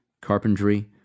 carpentry